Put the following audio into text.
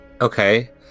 Okay